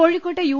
കോഴിക്കോട്ടെ യു